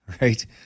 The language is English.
right